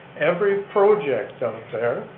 every project out